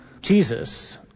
Jesus